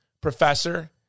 professor